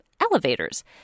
elevators